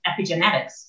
epigenetics